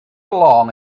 along